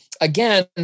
Again